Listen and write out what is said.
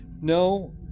no